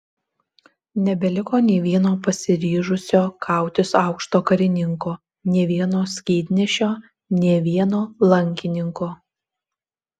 nebeliko nė vieno pasiryžusio kautis aukšto karininko nė vieno skydnešio nė vieno lankininko